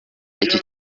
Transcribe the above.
iki